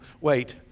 wait